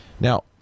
Now